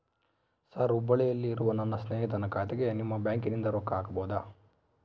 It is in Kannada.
ಸರ್ ಹುಬ್ಬಳ್ಳಿಯಲ್ಲಿ ಇರುವ ನನ್ನ ಸ್ನೇಹಿತನ ಖಾತೆಗೆ ನಿಮ್ಮ ಬ್ಯಾಂಕಿನಿಂದ ರೊಕ್ಕ ಹಾಕಬಹುದಾ?